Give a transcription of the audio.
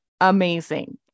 amazing